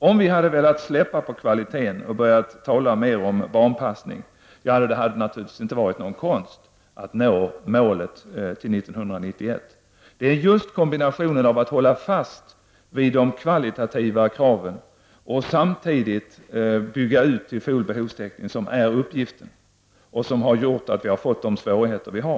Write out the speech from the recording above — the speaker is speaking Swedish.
Om vi hade släppt på kvalitetskraven och börjat tala mer om barnpassning, hade det inte varit någon konst att nå målet till 1991. Det är just kombinationen av att hålla fast vid de kvalitativa kraven och samtidigt bygga ut till full behovstäckning som är vår uppgift. Det är det som har gjort att de svårigheter som föreligger har uppstått.